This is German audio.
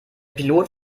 pilot